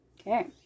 Okay